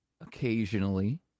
occasionally